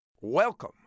Welcome